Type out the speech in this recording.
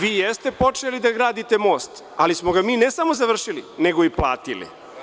Vi jeste počeli da gradite most, ali smo ga mi ne samo završili, nego i platili.